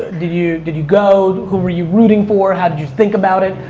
did you did you go? who were you rooting for? how did you think about it?